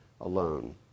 alone